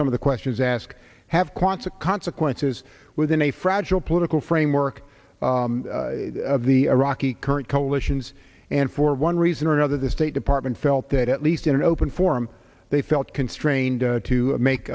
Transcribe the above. some of the questions asked have quansah consequences within a fragile political framework of the iraqi current coalitions and for one reason or another the state department felt that at least in an open forum they felt constrained to make